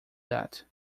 that